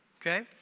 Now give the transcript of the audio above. Okay